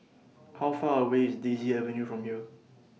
How Far away IS Daisy Avenue from here